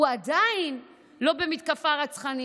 הוא עדיין לא במתקפה רצחנית.